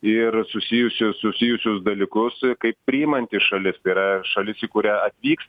ir susijusius susijusius dalykus kaip priimanti šalis tai yra šalis į kurią atvyks